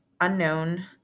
unknown